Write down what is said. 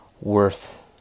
worth